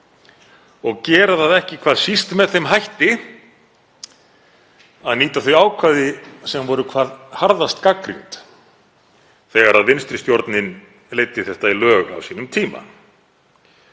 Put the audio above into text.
og gera það ekki hvað síst með þeim hætti að nýta þau ákvæði sem voru hvað harðast gagnrýnd þegar vinstri stjórnin leiddi þetta í lög á sínum tíma.